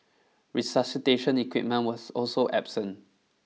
resuscitation equipment was also absent